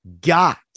got